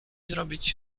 zrobić